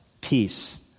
peace